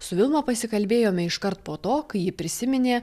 su vilma pasikalbėjome iškart po to kai ji prisiminė